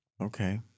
Okay